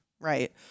right